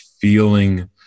feeling